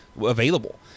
available